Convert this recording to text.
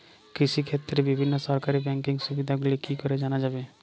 কৃষিক্ষেত্রে বিভিন্ন সরকারি ব্যকিং সুবিধাগুলি কি করে জানা যাবে?